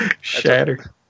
Shatter